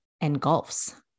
engulfs